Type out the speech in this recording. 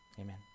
Amen